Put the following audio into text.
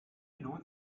lohnt